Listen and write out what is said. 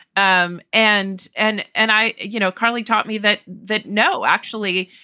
um and and and i you know, carly taught me that that no, actually,